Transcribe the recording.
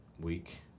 week